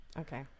okay